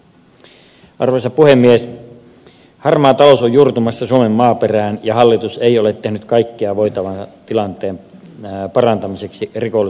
harmaa talous on juurtumassa suomen maaperään ja hallitus ei ole tehnyt kaikkea voitavaansa tilanteen parantamiseksi rikollisuutta torjuttaessa